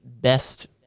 best